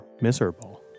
miserable